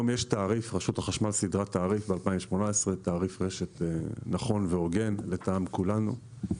רשות החשמל סידרה תעריף רשת נכון והוגן לדעת כולנו ב-2018.